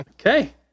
okay